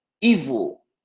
evil